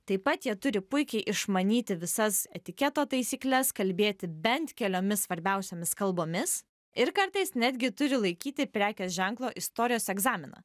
taip pat jie turi puikiai išmanyti visas etiketo taisykles kalbėti bent keliomis svarbiausiomis kalbomis ir kartais netgi turi laikyti prekės ženklo istorijos egzaminą